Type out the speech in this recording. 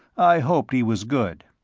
i hoped he was good.